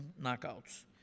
knockouts